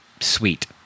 sweet